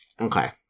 Okay